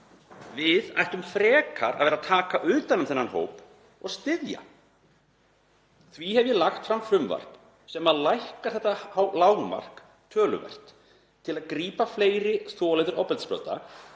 Við ættum frekar að vera að taka utan um þennan hóp og styðja. Því hef ég lagt fram frumvarp sem lækkar þetta lágmark töluvert til að grípa fleiri þolendur